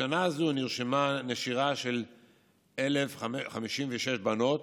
בשנה זו נרשמה נשירה של 1,056 בנות,